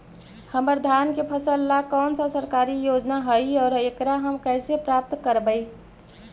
हमर धान के फ़सल ला कौन सा सरकारी योजना हई और एकरा हम कैसे प्राप्त करबई?